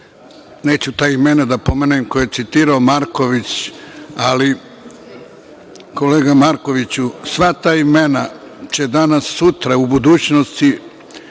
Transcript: neću ta imena da pomenem koje je citirao Marković, ali, kolega Markoviću, sva ta imena će danas, sutra, u budućnosti